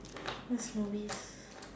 that's novice